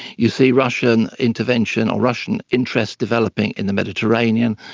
you see russian intervention or russian interest developing in the mediterranean,